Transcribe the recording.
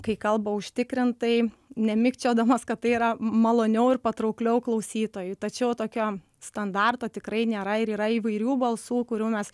kai kalba užtikrintai nemikčiodamas kad tai yra maloniau ir patraukliau klausytojui tačiau tokio standarto tikrai nėra ir yra įvairių balsų kurių mes